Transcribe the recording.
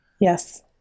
yes